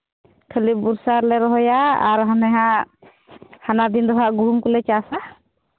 ᱠᱷᱟᱹᱞᱤ ᱵᱚᱨᱥᱟ ᱨᱮᱞᱮ ᱨᱚᱦᱚᱭᱟ ᱟᱨ ᱦᱟᱱᱮ ᱦᱟᱸᱜ ᱦᱟᱱᱟ ᱫᱤᱱ ᱫᱚᱦᱟᱸᱜ ᱜᱩᱦᱩᱢ ᱠᱚᱞᱮ ᱪᱟᱥᱼᱟ